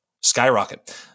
skyrocket